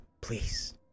Please